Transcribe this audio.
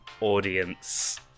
audience